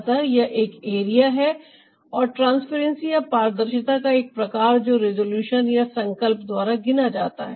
अतः यह एक एरिया है और ट्रांसपेरेंसी या पारदर्शिता का एक प्रकार जो रिजॉल्यूशन या संकल्प द्वारा गिना जाता है